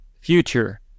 future